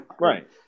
right